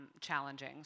challenging